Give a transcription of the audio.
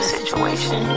Situation